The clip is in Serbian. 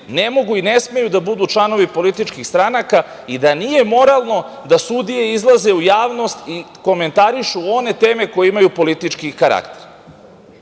ne mogu i ne smeju da budu članovi političkih stranaka i da nije moralno da sudije izlaze u javnost i komentarišu one teme koje imaju politički karakter. Sudije